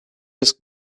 ask